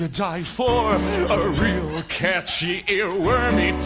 ah die for um a real ah catchy earworm-y